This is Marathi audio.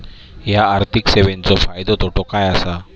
हया आर्थिक सेवेंचो फायदो तोटो काय आसा?